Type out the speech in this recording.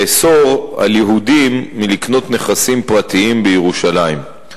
לאסור על יהודים לקנות נכסים פרטיים בירושלים.